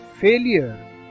failure